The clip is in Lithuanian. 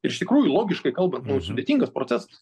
ir iš tikrųjų logiškai kalbant sudėtingas procesas